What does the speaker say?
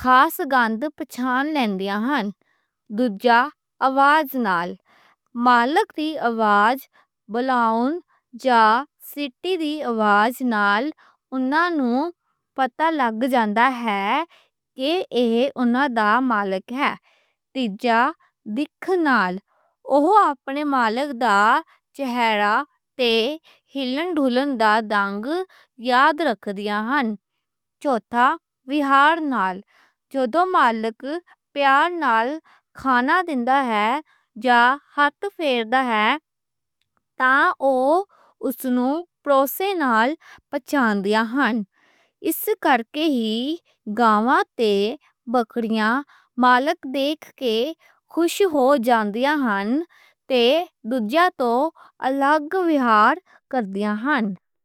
خاص Saint pattern پچھان لیندیاں نیں۔ دوجا، آواز نال۔ مالک دی آواز بلاؤن جا سِٹی دی آواز نال اوناں نوں پتا لگ جاندا ہے کہ ایہ اوہناں دا مالک ہے۔ تیجا، دِکھ نال۔ اوہ اپنی مالک دا چہرہ تے ہلن دُلن دا ڈھنگ یاد رکھ دیاں نیں۔ چوٹھا، وِہیار نال۔ جدوں مالک پیار نال کھانا دیندا ہے جا ہاتھ پھیر دا ہے تاں اوہ اس نوں پروسے نال پچھان دیاں نیں۔ اس کرکے ای گاں تے بکریاں مالک دے تے خوش ہو جاندیاں نیں تے دوجا توں الگ وِہیار کردیاں نیں۔